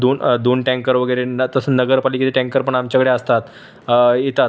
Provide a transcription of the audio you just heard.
दोन दोन टँकर वगैरेंना तसं नगरपालिकेचे टँकर पण आमच्याकडे असतात येतात